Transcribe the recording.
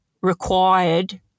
required